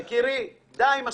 יקירי, מספיק.